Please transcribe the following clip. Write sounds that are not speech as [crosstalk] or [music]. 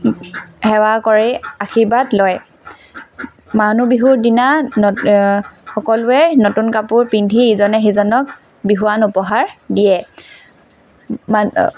সেৱা কৰি আশীৰ্বাদ লয় মানুহ বিহুৰ দিনা সকলোৱে নতুন কাপোৰ পিন্ধি ইজনে সিজনক বিহুৱান উপহাৰ দিয়ে [unintelligible]